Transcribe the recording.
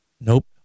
Nope